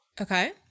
Okay